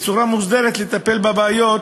לטפל בצורה מוסדרת בבעיות,